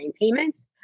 payments